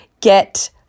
get